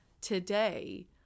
today